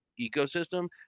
ecosystem